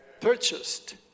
purchased